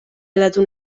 aldatu